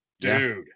Dude